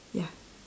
ya